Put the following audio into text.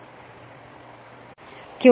അതിനാൽ തുടക്കത്തിൽ ഇത് n ആയിരുന്നെങ്കിൽ അത് 0